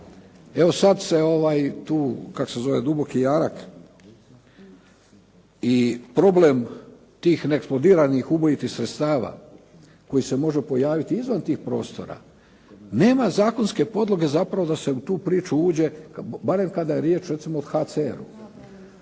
Evo sad se tu kako se zove Duboki jarak i problem tih neeksplodiranih ubojitih sredstava koji se može pojaviti izvan tih prostora nema zakonske podloge zapravo da se u tu priču uđe barem kada je riječ recimo o HCR-u.